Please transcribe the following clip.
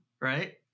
right